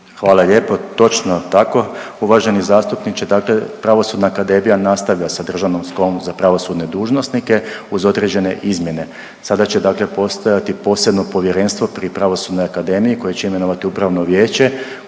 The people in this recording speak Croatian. Hvala lijepo. Točno tako uvaženi zastupniče, dakle pravosudna akademija nastavlja sa državnom školom za pravosudne dužnosnike uz određene izmjene. Sada će dakle postojati posebno povjerenstvo pri pravosudnoj akademiji koju će imenovati upravno vijeće